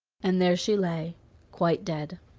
and there she lay quite dead!